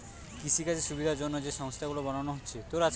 কৃষিকাজের সুবিধার জন্যে যে সংস্থা গুলো বানানা হচ্ছে